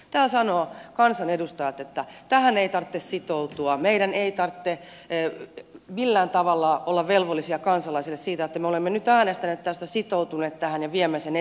täällä sanovat kansanedustajat että tähän ei tarvitse sitoutua meidän ei tarvitse millään tavalla olla velvollisia kansalaisille siitä että me olemme nyt äänestäneet tästä sitoutuneet tähän ja viemään sen eteenpäin